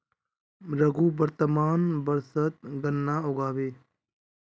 रघु वर्तमान वर्षत गन्ना उगाबे